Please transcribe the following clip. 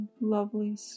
lovely